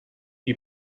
you